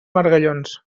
margallons